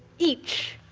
each,